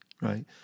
right